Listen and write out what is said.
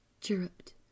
chirruped